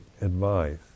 advice